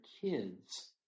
kids